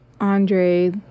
Andre